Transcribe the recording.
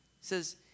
says